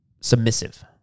submissive